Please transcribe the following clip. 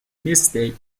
mistake